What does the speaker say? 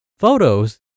Photos